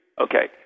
Okay